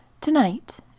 Tonight